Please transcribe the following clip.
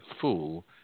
fool